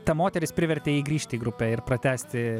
ta moteris privertė jį grįžt į grupę ir pratęsti